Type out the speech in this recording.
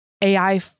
AI